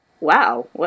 Wow